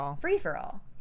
free-for-all